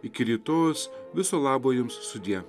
iki rytojaus viso labo jums sudie